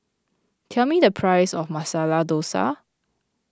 tell me the price of Masala Dosa